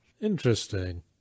Interesting